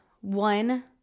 one